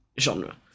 genre